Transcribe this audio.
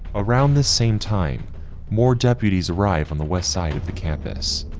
around the same time more deputies arrive on the west side of the campus,